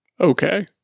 Okay